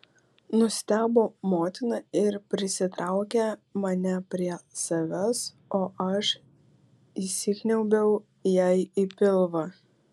nustebo motina ir prisitraukė mane prie savęs o aš įsikniaubiau jai į pilvą